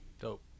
Dope